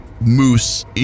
moose